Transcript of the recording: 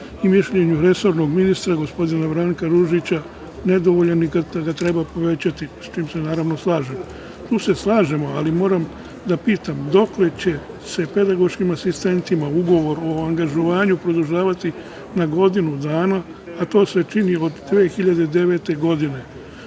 i mišljenju resornog ministra, gospodina Branka Ružića, nedovoljan i da ga treba povećati. Sa tim se naravno slažem. Tu se slažemo, ali moram da pitam dokle će se pedagoškim asistentima u Ugovoru o angažovanju produžavati na godinu dana? To se činilo od 2009. godine,